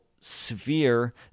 sphere